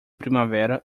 primavera